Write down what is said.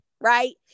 Right